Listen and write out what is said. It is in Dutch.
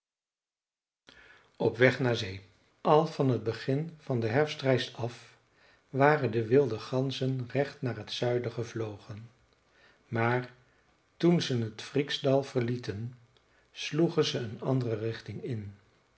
op weg naar zee al van t begin van de herfstreis af waren de wilde ganzen recht naar het zuiden gevlogen maar toen ze t fryksdal verlieten sloegen ze een andere richting in